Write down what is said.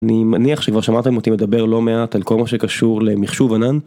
אני מניח שכבר שמעתם אותי מדבר לא מעט, על כל מה שקשור למחשוב ענן.